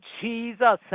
Jesus